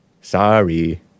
Sorry